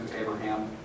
Abraham